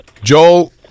Joel